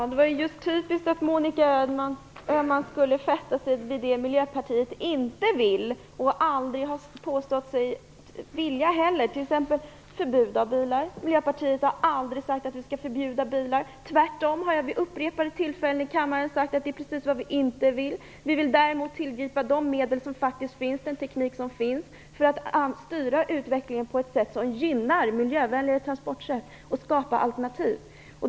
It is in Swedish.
Fru talman! Det var typiskt att Monica Öhman skulle fästa sig vid det som Miljöpartiet inte vill ha och aldrig har påstått sig vilja ha heller, t.ex. förbud av bilar. Vi i Miljöpartiet har aldrig sagt att vi skall förbjuda bilarna. Tvärtom har vi vid upprepade tillfällen i kammaren sagt att det är precis vad vi inte vill. Vi vill däremot tillgripa de medel och den teknik som faktiskt finns för att styra utvecklingen på ett sätt som gynnar miljövänliga transportsätt och skapar alternativ.